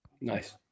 Nice